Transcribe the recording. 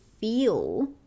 feel